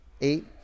eight